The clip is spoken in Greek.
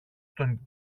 τον